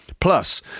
Plus